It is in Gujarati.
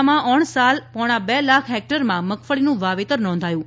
જિલ્લામાં ઓણસાલ પોણા બે લાખ હેકટરમાં મગફળીનું વાવેતર નોંધાયું છે